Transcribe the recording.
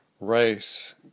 race